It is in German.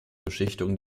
beschichtung